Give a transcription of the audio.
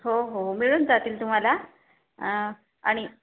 हो हो मिळून जातील तुम्हाला आणि